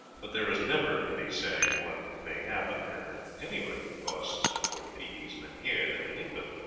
but there is never any saying what may happen, and at any rate it costs no more to feed these men here than in england.